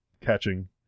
catching